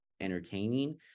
entertaining